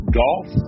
golf